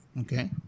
Okay